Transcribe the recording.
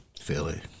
Philly